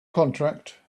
contract